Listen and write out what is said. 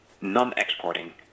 non-exporting